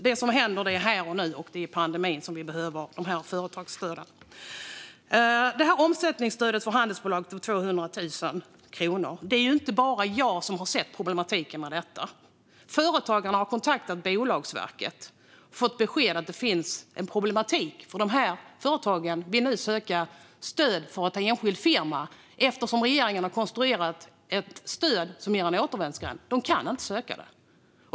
Det som händer sker här och nu, och det är under pandemin som företagsstöden behövs. Det är inte bara jag som har sett problematiken med gränsen 200 000 kronor vid omsättningsstödet för handelsbolagen. Företagarna har kontaktat Bolagsverket och fått beskedet att det finns problem här. Företagen vill nu söka stöd som enskild firma eftersom regeringen har konstruerat ett stöd som är en återvändsgränd. De kan inte söka det.